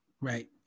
Right